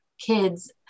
Kids